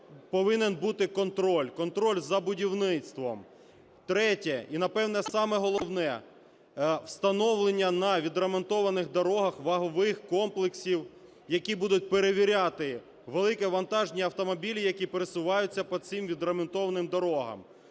повинен бути контроль - контроль за будівництвом. Третє, і, напевно, саме головне: встановлення на відремонтованих дорогах вагових комплексів, які будуть перевіряти великовантажні автомобілі, які пересуваються по цим відремонтованим дорогам.